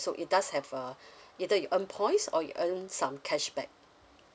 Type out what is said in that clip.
so it does have a either you earn points or you earn some cashback